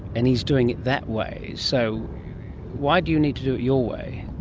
and he's doing it that way. so why do you need to do it your way?